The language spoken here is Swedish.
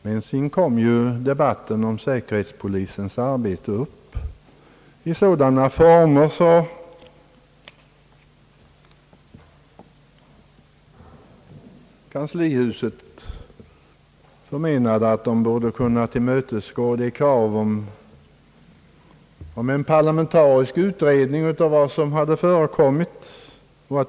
Men sedan kom debatten om säkerhetspolisens arbete upp i sådana former, att kanslihuset menade att de borde kunna tillmötesgå kravet om en parlamentarisk utredning om vad som hade förekommit.